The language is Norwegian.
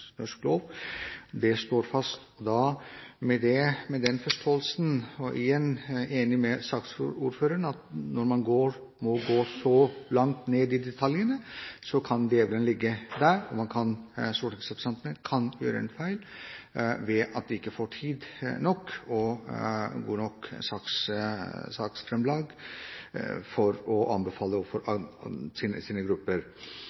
norsk lov. Det står fast. Jeg er enig med saksordføreren i at når man må gå så langt ned i detaljene, kan djevelen ligge der, og stortingsrepresentantene kan gjøre en feil ved at de ikke får tid nok og godt nok saksgrunnlag til å komme med anbefaling overfor sine grupper. Med den forståelsen at når regjeringen nå ber oss om å